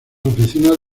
oficinas